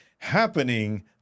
happening